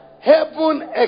Heaven